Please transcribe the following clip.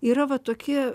yra va tokie